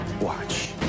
Watch